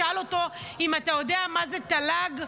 שאל אם הוא יודע מה זה תל"ג,